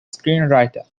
screenwriter